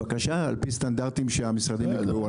בבקשה, על פי סטנדרטים שהמשרדים יקבעו.